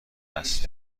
است